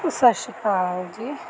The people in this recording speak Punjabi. ਸਤਿ ਸ਼੍ਰੀ ਅਕਾਲ ਜੀ